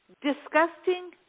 Disgusting